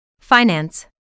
finance